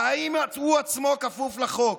ואם הוא עצמו כפוף לחוק,